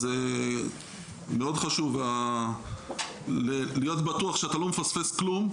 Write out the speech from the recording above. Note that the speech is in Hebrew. אז מאוד חשוב להיות בטוח שאתה לא מפספס כלום,